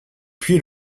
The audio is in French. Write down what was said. puis